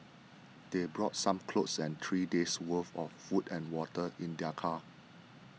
they brought some clothes and three days' worth of food and water in their car